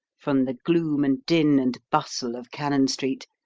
from the gloom and din and bustle of cannon street,